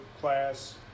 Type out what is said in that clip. class